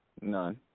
none